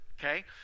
Okay